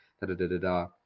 da-da-da-da-da